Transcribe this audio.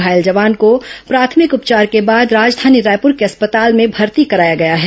घायल जवान को प्राथमिक उपचार के बाद राजधानी रायपुर के अस्पताल में भर्ती कराया गया है